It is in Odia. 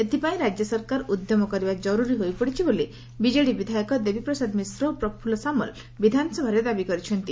ଏଥପାଇଁ ରାକ୍ୟ ସରକାର ଉଦ୍ୟମ କରିବା କରୁରୀ ହୋଇପଡ଼ିଛି ବୋଲି ବିଜେଡ଼ି ବିଧାୟକ ଦେବୀପ୍ରସାଦ ମିଶ୍ର ଓ ପ୍ରଫୁଲ୍ଲ ସାମଲ ବିଧାନସଭାରେ ଦାବି କରିଛନ୍ତି